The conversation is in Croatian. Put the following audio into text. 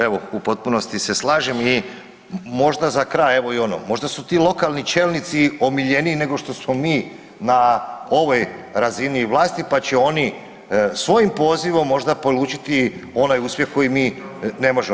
Evo, u potpunosti se slažem i možda za kraj evo i oni, možda su ti lokalni čelnici omiljeniji nego što smo mi na ovoj razini vlasti pa će oni svojim pozivom možda polučiti onaj uspjeh koji mi ne možemo.